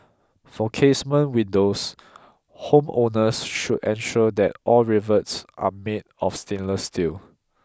for casement windows homeowners should ensure that all rivets are made of stainless steel